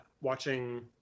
watching